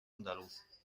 andaluz